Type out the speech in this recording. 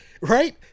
right